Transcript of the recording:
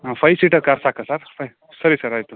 ಹಾಂ five seater car ಸಾಕಾ sir five ಸರಿ ಸರ್ ಆಯಿತು